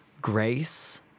grace